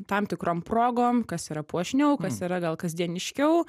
tam tikrom progom kas yra puošniau kas yra gal kasdieniškiau